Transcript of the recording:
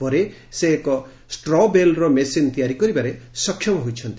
ପରେ ସେ ଏକ ଷ୍ଟ୍ର ବେଲର୍ ମେସିନ୍ ତିଆରି କରିବାରେ ସକ୍ଷମ ହୋଇଛନ୍ତି